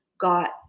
got